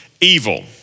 evil